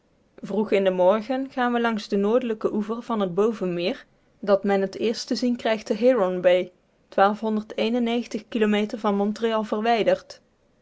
vroeg in den morgen gaan we langs den noordelijken oever van het bovenmeer dat men t eerst te zien krijgt de heer ombay kilometer van montreal verwijderd